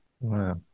Wow